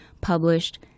published